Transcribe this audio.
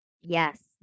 Yes